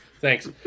Thanks